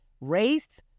race